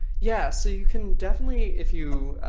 yeah, so you can definitely, if you